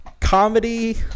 comedy